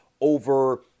over